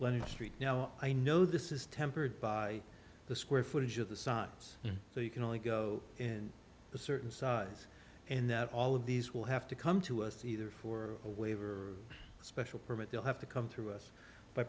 your street now i know this is tempered by the square footage of the sides so you can only go in a certain size and that all of these will have to come to us either for a waiver a special permit they'll have to come through us by